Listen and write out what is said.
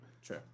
Sure